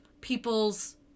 people's